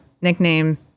nickname